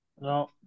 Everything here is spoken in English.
No